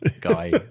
guy